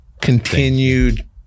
continued